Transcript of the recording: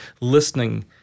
listening